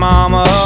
Mama